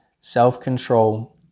self-control